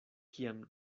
kiam